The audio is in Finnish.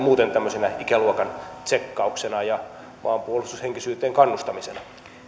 muuten tämmöisenä ikäluokan tsekkauksena ja maanpuolustushenkisyyteen kannustamisena